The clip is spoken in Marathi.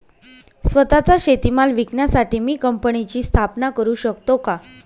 स्वत:चा शेतीमाल विकण्यासाठी मी कंपनीची स्थापना करु शकतो का?